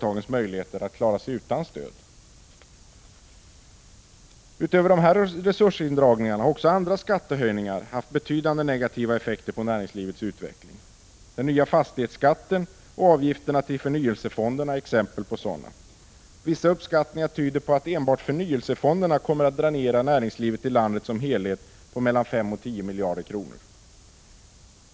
1985/86:149 stöd. 22 maj 1986 Utöver dessa resursindragningar har också andra skattehöjningar haft betydande negativa effekter på näringslivets utveckling. Den nya fastighetsskatten och avgifterna till förnyelsefonderna är exempel på sådana. Vissa uppskattningar tyder på att enbart förnyelsefonderna kommer att dränera näringslivet i landet som helhet på mellan 5 och 10 miljarder kronor.